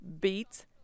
beets